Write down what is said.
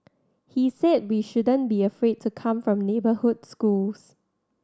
he said we shouldn't be afraid to come from neighbourhood schools